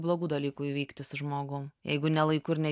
blogų dalykų įvykti su žmogum jeigu ne laiku ir ne